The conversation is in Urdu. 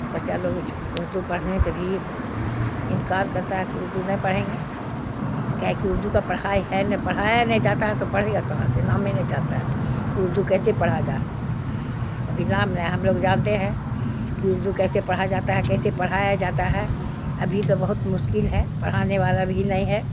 بچہ لوگ اردو پڑھنے سے بھی انکار کرتا ہے کہ اردو نہیں پڑھیں گے کیا ہے کہ اردو کا پڑھائے ہے نہیں پڑھایا نہیں جاتا ہے تو پڑھے گا کہاں سے نام ہی نہیں جانتا کہ اردو کیسے پڑھا جاتا ہے ابھی نام نے ہم لوگ جانتے ہیں کہ اردو کیسے پڑھا جاتا ہے کیسے پڑھایا جاتا ہے ابھی تو بہت مشکل ہے پڑھانے والا بھی نہیں ہے